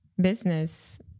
business